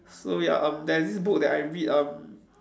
so ya um there's this book that I read um